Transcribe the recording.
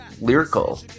lyrical